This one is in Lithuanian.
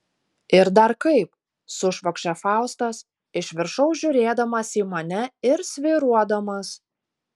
ir dar kaip sušvokščia faustas iš viršaus žiūrėdamas į mane ir svyruodamas